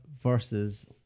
versus